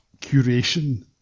curation